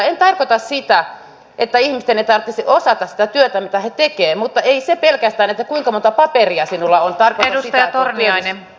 en tarkoita sitä että ihmisten ei tarvitsisi osata sitä työtä mitä he tekevät mutta ei se pelkästään kuinka monta paperia sinulla on tarkoita sitä että olet